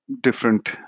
different